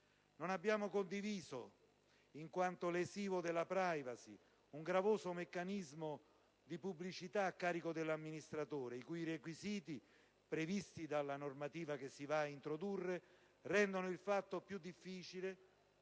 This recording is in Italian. Non abbiamo condiviso, in quanto lesivo della *privacy*, un gravoso meccanismo di pubblicità a carico dell'amministratore, i cui requisiti, previsti dalla normativa che si va ad introdurre, rendono di fatto più difficile